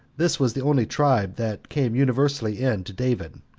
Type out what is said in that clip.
this was the only tribe that came universally in to david,